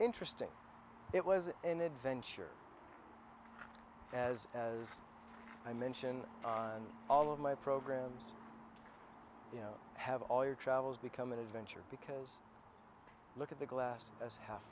interesting it was an adventure as as i mention all of my programs you know have all your travels become an adventure because look at the glass as half